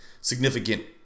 significant